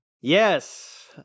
Yes